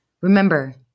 Remember